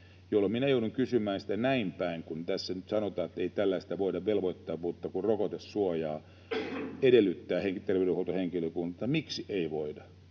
joudun kysymään sitä näin päin, kun tässä nyt sanotaan, että ei tällaista voida velvoittaa, ei voida rokotesuojaa edellyttää terveydenhuoltohenkilökunnalta: Miksi ei voida?